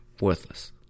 worthless